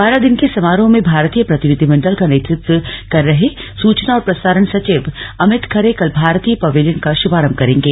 बारह दिन के समारोह में भारतीय प्रतिनिधिमंडल का नेतृत्व कर रहे सूचना और प्रसारण सचिव अमित खरे कल भारतीय पवेलियन का शुभारम्भ करेंगे